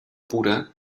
pura